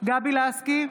גבי לסקי,